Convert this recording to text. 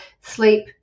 sleep